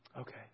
Okay